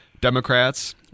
Democrats